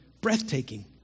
breathtaking